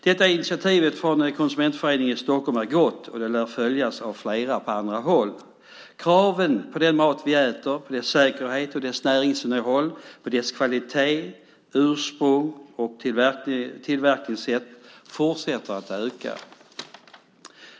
Detta initiativ från Konsumentföreningen i Stockholm är gott, och det lär följas av flera på andra håll. Kraven på den mat vi äter, på dess säkerhet och dess näringsinnehåll, på dess kvalitet, ursprung och tillverkningssätt, fortsätter att öka.